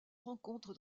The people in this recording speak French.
rencontre